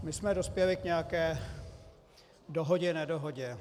My jsme dospěli k nějaké dohodě nedohodě.